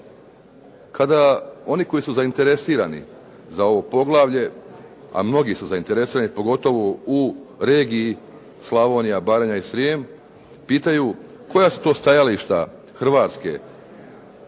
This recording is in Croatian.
Kada oni koji su zainteresirani za ovo poglavlje a mnogi su zainteresirani pogotovo u regiji Slavonija, Baranja i Srijem pitaju koja su to stajališta Hrvatske